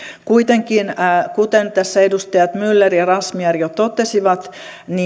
kuitenkin kuten tässä edustajat myller ja razmyar jo totesivat